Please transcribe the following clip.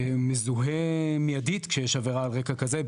שמזוהה מיידית כשיש עבירה על רקע כזה,